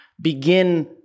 begin